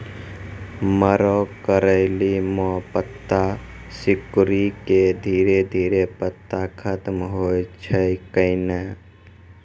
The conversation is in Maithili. मरो करैली म पत्ता सिकुड़ी के धीरे धीरे पत्ता खत्म होय छै कैनै?